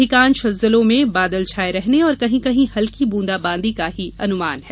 अधिकांश जिलों में बादल छाये रहने और कहीं कहीं हल्की ब्रंदाबादी का ही अनुमान है